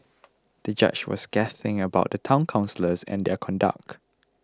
the judge was scathing about the Town Councillors and their conduct